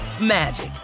magic